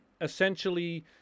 Essentially